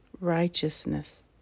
righteousness